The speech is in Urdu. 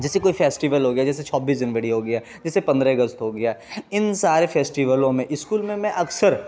جیسے کوئی فیسٹیول ہو گیا جیسے چھبیس جنوری ہو گیا جیسے پندرہ اگست ہو گیا ان سارے فیسٹیولوں میں اسکول میں میں اکثر